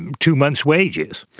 two months wages.